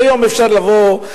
היום אפשר לבוא,